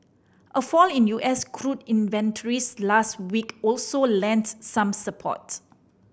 a fall in U S crude inventories last week also lent some support